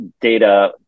data